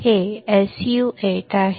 हे SU 8 आहे